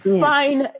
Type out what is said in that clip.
fine